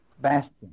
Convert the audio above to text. bastion